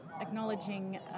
acknowledging